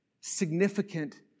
significant